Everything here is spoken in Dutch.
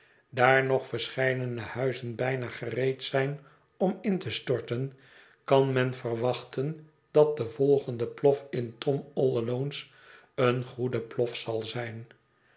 daar nog verscheidene huizen bijna gereed zijn om in te storten kan men verwachten dat de volgende plof in t o m a a ion e's een goede plof zal zijn